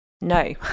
no